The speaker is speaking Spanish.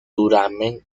duramen